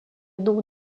nom